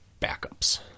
backups